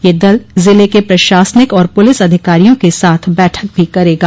यह दल जिले के प्रशासनिक और पूलिस अधिकारियों के साथ बैठक भी करेगा